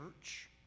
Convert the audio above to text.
church